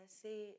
see